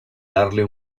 darle